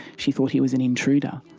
she thought he was an intruder.